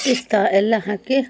ಪಿಸ್ತ ಎಲ್ಲ ಹಾಕಿ